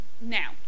Now